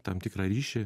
tam tikrą ryšį